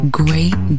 great